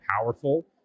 powerful